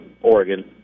Oregon